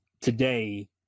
today